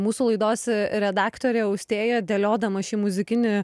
mūsų laidos redaktorė austėja dėliodama šį muzikinį